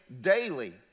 daily